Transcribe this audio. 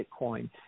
Bitcoin